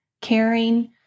caring